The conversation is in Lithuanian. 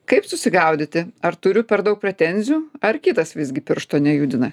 kaip susigaudyti ar turiu per daug pretenzijų ar kitas visgi piršto nejudina